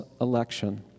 election